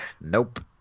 Nope